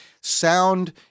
sound